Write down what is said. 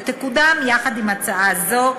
ותקודם יחד עם הצעה זו,